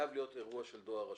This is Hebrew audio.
הולכים למהלך של דואר רשום.